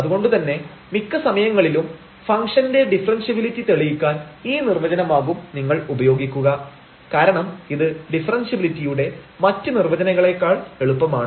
അതു കൊണ്ടു തന്നെ മിക്ക സമയങ്ങളിലും ഫംഗ്ഷന്റെ ഡിഫറെൻഷ്യബിലിറ്റി തെളിയിക്കാൻ ഈ നിർവചനമാകും നിങ്ങൾ ഉപയോഗിക്കുക കാരണം ഇത് ഡിഫറെൻഷ്യബിലിറ്റിയുടെ മറ്റ് നിർവചനങ്ങളെക്കാൾ എളുപ്പമാണ്